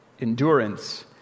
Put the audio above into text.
endurance